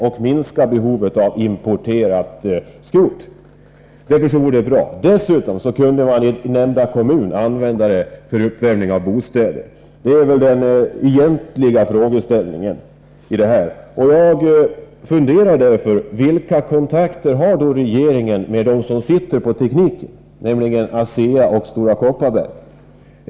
Därmed skulle behovet av importerat skrot minska, och det vore väl bra. Dessutom kunde den nämnda kommunen använda denna energi för uppvärmning av bostäder. Detta är väl den egentliga frågeställningen. Jag undrar vilka kontakter regeringen har haft med dem som har den här tekniken, ASEA och Stora Kopparberg.